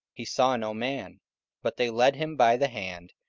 he saw no man but they led him by the hand,